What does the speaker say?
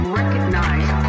recognize